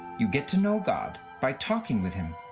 you get to know god by talking with him.